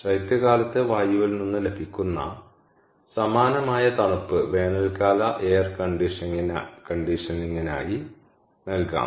ശൈത്യകാലത്തെ വായുവിൽ നിന്ന് ലഭിക്കുന്ന സമാനമായ തണുപ്പ് വേനൽക്കാല എയർ കണ്ടീഷനിംഗിനായി നൽകാം